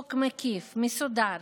חוק מקיף, מסודר.